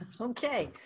Okay